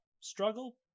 struggle